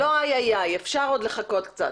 אפשר עוד לחכות קצת.